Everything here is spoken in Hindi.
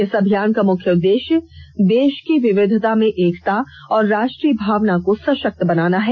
इस अभियान का मुख्य उद्देश्य देश की विविधता में एकता और राष्ट्रीय भावना को सशक्त बनाना है